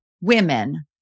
women